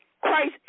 Christ